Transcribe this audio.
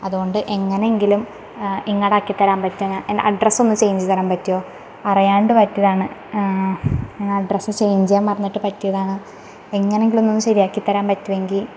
അതുകൊണ്ട് എങ്ങനെ എങ്കിലും ഇങ്ങോട്ട് ആക്കിത്തരാന് പറ്റ്ഞ്ഞാ എൻ്റെ അഡ്രസ് ഒന്ന് ചേഞ്ച് ചെയ്ത് തരാന് പറ്റുമോ അറിയാതെ പറ്റിയതാണ് അഡ്രസ്സ് ചേഞ്ച് ചെയ്യാന് പറഞ്ഞിട്ട് പറ്റിയതാണ് എങ്ങനെ എങ്കിലുമൊന്ന് ശരിയാക്കി തരാന് പറ്റുമെങ്കിൽ